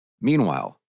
Meanwhile